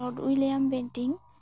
lord William Bentinck